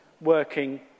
working